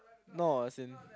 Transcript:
no as in